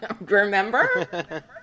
Remember